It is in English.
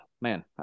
Man